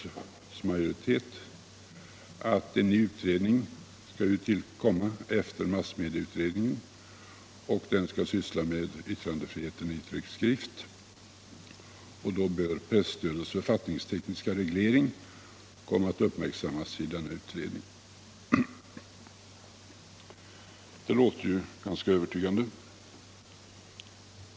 Vidare säger utskottet att en ny utredning kommer att tillkallas efter massmedieutredningen och att den skall syssla med yttrandefriheten i bl.a. tryckt skrift, och då bör frågan om presstödets författningstekniska reglering komma att uppmärksammas i denna utredning. Det där låter ju ganska övertygande.